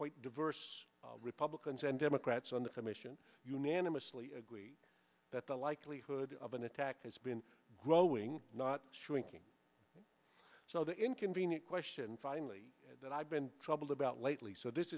quite diverse republicans and democrats on the commission unanimously agreed that the likelihood of an attack has been growing not shrinking so the inconvenient question finally that i've been troubled about lately so this